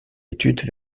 études